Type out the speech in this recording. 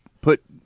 put